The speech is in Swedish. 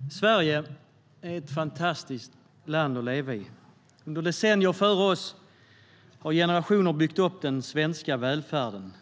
Herr talman! Sverige är ett fantastiskt land att leva i. Under decennier före oss har generationer byggt upp den svenska välfärden.